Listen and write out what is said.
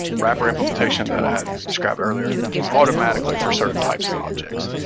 wrapper implementation that i had described earlier automatically for certain types of objects